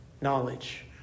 knowledge